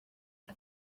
and